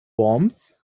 worms